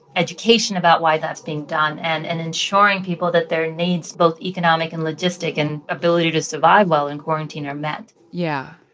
education about why that's being done and and ensuring people that their needs, both economic and logistic, and ability to survive while in quarantine are met yeah,